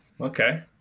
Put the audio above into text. okay